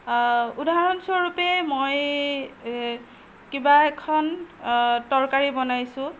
উদাহৰণস্বৰূপে মই কিবা এখন তৰকাৰি বনাইছোঁ